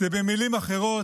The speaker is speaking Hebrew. זה במילים אחרות,